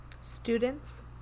students